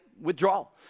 withdrawal